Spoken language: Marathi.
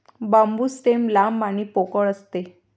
बांबू स्टेम लांब आणि पोकळ असते